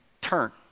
turn